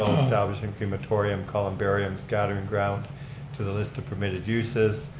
establishing crematorium columbarium scattering ground to the list of permitted uses.